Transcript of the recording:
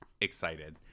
excited